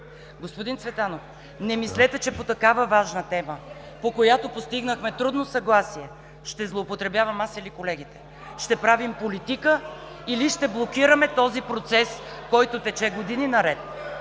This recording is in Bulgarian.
Господин Цветанов, не мислете, че по такава важна тема, по която постигнахме трудно съгласие, ще злоупотребявам аз или колегите, ще правим политика, или ще блокираме този процес, който тече години наред.